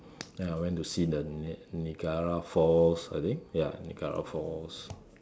then I went to see the Niagara falls I think ya Niagara falls